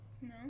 No